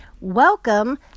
Welcome